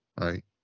right